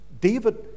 David